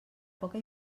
poca